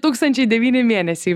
tūkstančiai devyni mėnesiai